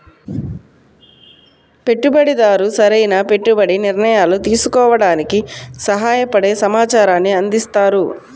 పెట్టుబడిదారు సరైన పెట్టుబడి నిర్ణయాలు తీసుకోవడానికి సహాయపడే సమాచారాన్ని అందిస్తారు